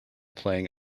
playing